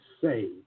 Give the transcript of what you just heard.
say